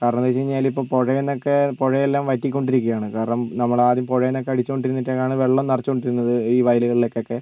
കാരണം എന്താണെന്ന് വെച്ചുകഴിഞ്ഞാൽ ഇപ്പോൾ പുഴയിൽ നിന്നൊക്കെ പുഴയെല്ലാം വറ്റിക്കൊണ്ടിരിക്കുകയാണ് കാരണം നമ്മളാദ്യം പുഴയിൽ നിന്നൊക്കെ അടിച്ചുകൊണ്ടിരുന്നിട്ട് തന്നെയാണ് വെള്ളം നിറച്ചുകൊണ്ടിരുന്നത് ഈ വയലുകളിലേക്കൊക്കെ